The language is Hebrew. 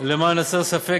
למען הסר ספק,